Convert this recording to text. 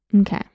Okay